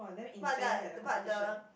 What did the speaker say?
!wah! very intense leh the competition